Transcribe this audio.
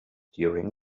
during